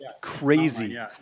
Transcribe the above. crazy